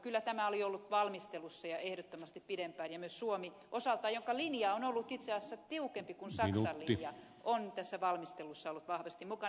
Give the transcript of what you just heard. kyllä tämä oli ollut valmistelussa jo ehdottomasti pidempään ja myös suomi jonka linja on ollut itse asiassa tiukempi kuin saksan linja on osaltaan tässä valmistelussa ollut vahvasti mukana